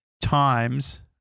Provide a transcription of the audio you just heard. times